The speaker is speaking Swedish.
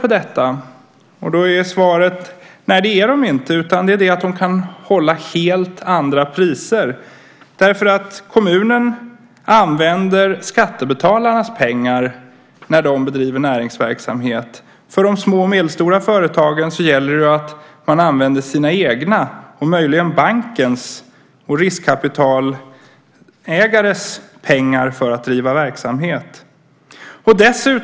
Svaret är: Nej, det är de inte, men de kan hålla helt andra priser. Kommunerna använder skattebetalarnas pengar när de bedriver näringsverksamhet. För de små och medelstora företagen gäller det att man använder sina egna och möjligen bankens och riskkapitalägarnas pengar för att bedriva verksamhet.